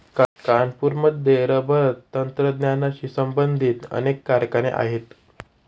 कानपूरमध्ये रबर तंत्रज्ञानाशी संबंधित अनेक कारखाने आहेत